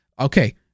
Okay